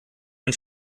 man